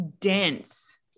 dense